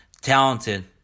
talented